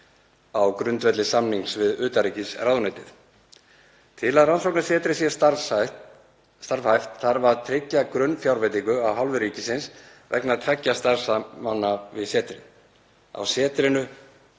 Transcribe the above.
á grundvelli samnings við utanríkisráðuneytið. Til að rannsóknasetrið sé starfhæft þarf að tryggja grunnfjárveitingu af hálfu ríkisins vegna tveggja starfsmanna við setrið. Á setrinu